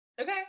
Okay